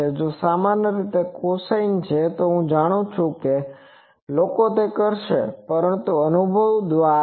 જો સામાન્ય રીતે તે cosine છે તો હું જાણું છુ કે લોકો તે કરશે પરંતુ તે અનુભવ દ્વારા થાય છે